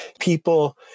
people